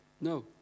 No